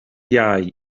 iau